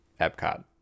Epcot